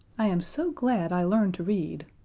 i am so glad i learned to read.